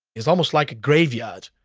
it's almost like a graveyard.